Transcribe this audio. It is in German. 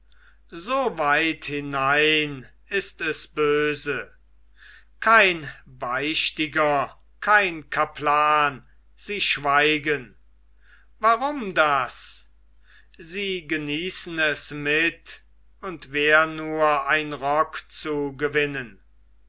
sagen so weit hinein ist es böse kein beichtiger kein kaplan sie schweigen warum das sie genießen es mit und wär nur ein rock zu gewinnen